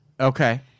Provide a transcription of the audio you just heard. Okay